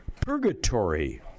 purgatory